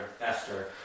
Esther